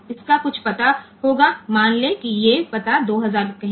इसका कुछ पता होगा मान ले कि ये पता 2000 कहे